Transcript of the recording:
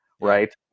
right